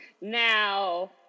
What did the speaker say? now